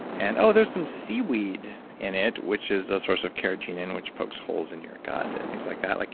and, oh, there's some seaweed in it, which is a source of carrageenan which pokes holes in your gut, and things like that. like